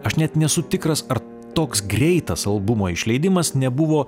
aš net nesu tikras ar toks greitas albumo išleidimas nebuvo